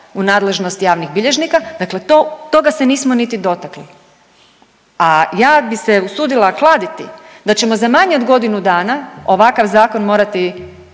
u nadležnost javnih bilježnika, dakle to, toga se nismo niti dotakli. A ja bi se usudila kladiti da ćemo za manje od godinu dana ovakav zakon morati